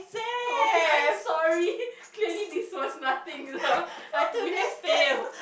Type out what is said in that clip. okay I'm sorry clearly this was nothing lah I we have failed